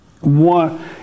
One